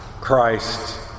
Christ